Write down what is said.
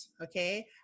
okay